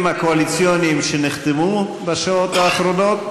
הקואליציוניים שנחתמו בשעות האחרונות.